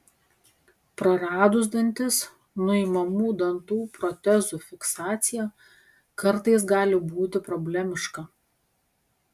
praradus dantis nuimamų dantų protezų fiksacija kartais gali būti problemiška